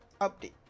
update